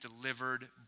delivered